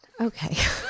Okay